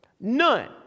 None